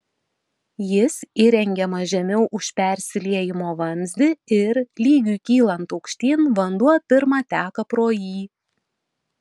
jis įrengiamas žemiau už persiliejimo vamzdį ir lygiui kylant aukštyn vanduo pirma teka pro jį